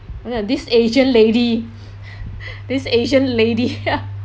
you know this asian lady this asian lady